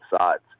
sides